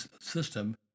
system